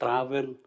Travel